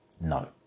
no